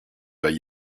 vas